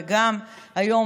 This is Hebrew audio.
וגם היום,